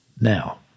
now